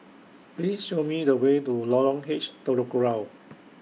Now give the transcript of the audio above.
Please Show Me The Way to Lorong H Telok Kurau